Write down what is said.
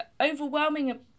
overwhelming